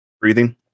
Breathing